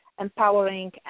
empowering